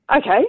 Okay